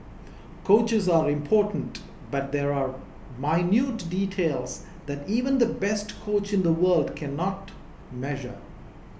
coaches are important but there are minute details that even the best coach in the world cannot measure